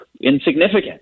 insignificant